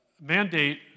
mandate